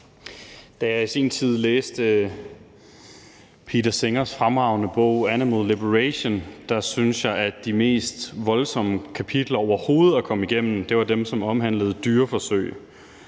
Da jeg i sin tid læste Peter Singers fremragende bog »Animal Liberation«, syntes jeg, at de mest voldsomme kapitler overhovedet at komme igennem var dem, der omhandlede dyreforsøg.